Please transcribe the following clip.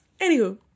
Anywho